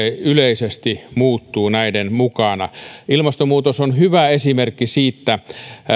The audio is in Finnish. yleisesti muuttuu näiden mukana ilmastonmuutos on hyvä esimerkki siitä